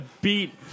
beat